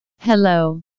Hello